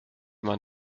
man